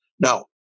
Now